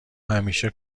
همیشه